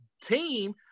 team